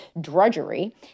drudgery